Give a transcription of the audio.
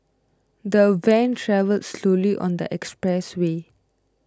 the van travelled slowly on the expressway